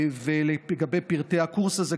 ולגבי פרטי הקורס הזה,